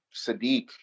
Sadiq